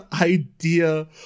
idea